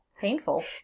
painful